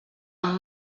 amb